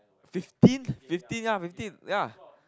fifteen fifteen ya fifteen ya